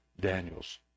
Daniel's